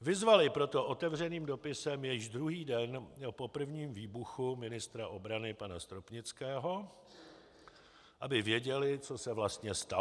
Vyzvali proto otevřeným dopisem již druhý den po prvním výbuchu ministra obrany pana Stropnického, aby věděli, co se vlastně stalo.